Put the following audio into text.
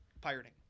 pirating